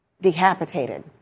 decapitated